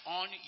on